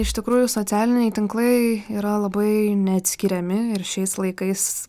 iš tikrųjų socialiniai tinklai yra labai neatskiriami ir šiais laikais